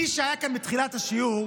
מי שהיה כאן בתחילת השיעור,